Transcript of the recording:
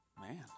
Man